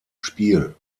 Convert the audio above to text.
spiel